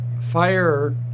fire